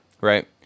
Right